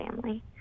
family